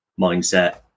mindset